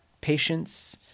patience